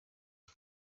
ati